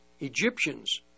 Egyptians